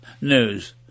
news